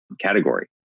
category